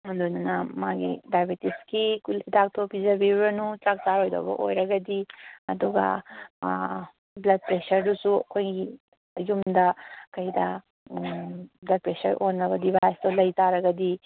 ꯑꯗꯨꯗꯨꯅ ꯃꯥꯒꯤ ꯗꯥꯏꯕꯦꯇꯤꯁꯀꯤ ꯍꯤꯗꯥꯛꯇꯨ ꯄꯤꯖꯕꯤꯔꯨꯔꯅꯨ ꯆꯥꯛ ꯆꯥꯔꯣꯏꯗꯕ ꯑꯣꯏꯔꯒꯗꯤ ꯑꯗꯨꯒ ꯑꯥ ꯕ꯭ꯂꯗ ꯄ꯭ꯔꯦꯁꯔꯗꯨꯁꯨ ꯑꯩꯈꯣꯏꯒꯤ ꯌꯨꯝꯗ ꯀꯩꯗ ꯕ꯭ꯂꯗ ꯄ꯭ꯔꯦꯁꯔ ꯑꯣꯟꯅꯕ ꯗꯤꯕꯥꯏꯁ ꯇꯣ ꯂꯩꯔꯒꯗꯤ